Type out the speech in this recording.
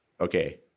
okay